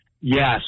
Yes